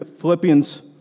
Philippians